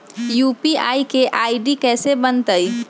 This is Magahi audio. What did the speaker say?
यू.पी.आई के आई.डी कैसे बनतई?